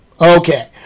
Okay